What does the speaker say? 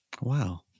Wow